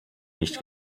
nicht